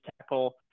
tackle